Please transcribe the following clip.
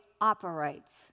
operates